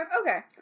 okay